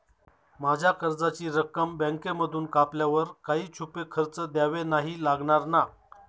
माझ्या कर्जाची रक्कम बँकेमधून कापल्यावर काही छुपे खर्च द्यावे नाही लागणार ना?